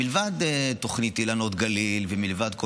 מלבד תוכנית "אילנות גליל" ומלבד כל